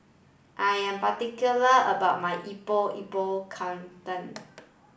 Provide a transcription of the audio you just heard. I am particular about my Epok Epok Kentang